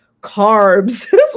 carbs